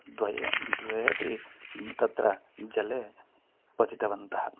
द्वयोः द्वे अपि तत्र जले पतितवन्तः